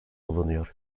bulunuyor